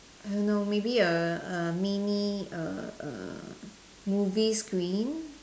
I don't know maybe a a mini a a movie screen